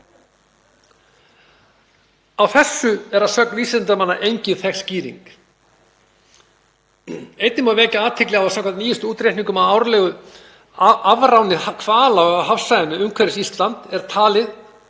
Á þessu er að sögn vísindamanna engin þekkt skýring. Einnig má vekja athygli á að skv. nýjustu útreikningum á árlegu afráni hvala á hafsvæðinu umhverfis Ísland er það